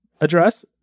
address